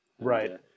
Right